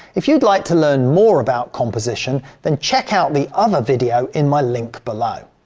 if you'd like to learn more about composition then check out the other video in my link below.